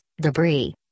debris